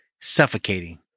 suffocating